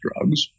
drugs